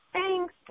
Thanks